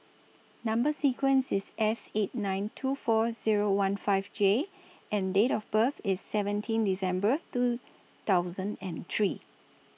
Number sequence IS S eight nine two four Zero one five J and Date of birth IS seventeen December two thousand and three